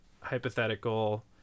hypothetical